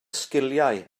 sgiliau